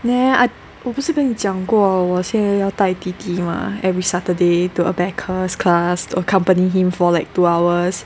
nah I 我不是跟你讲过我现要带弟弟吗 every Saturday to abacus class to accompany him for like two hours